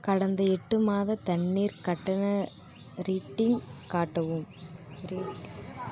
கடந்த எட்டு மாத தண்ணிர் கட்டண ரீட்டிங் காட்டவும் ரீட்